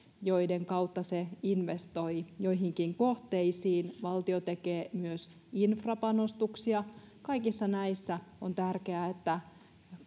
joiden kautta se investoi joihinkin kohteisiin valtio tekee myös infrapanostuksia kaikissa näissä on tärkeää että